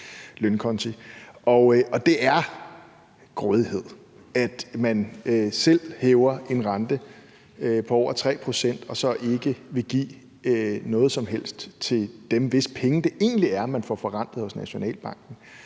det er grådighed, at man selv hæver en rente på over 3 pct. og så ikke vil give noget som helst til dem, hvis penge det egentlig er, man får forrentet hos Nationalbanken.